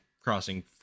crossing